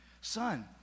son